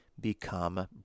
become